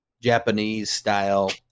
Japanese-style